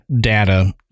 Data